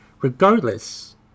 regardless